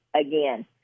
again